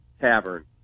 Tavern